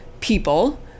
people